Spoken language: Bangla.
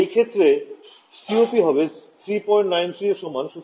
এই ক্ষেত্রে সিওপি হবে 393 এর সমান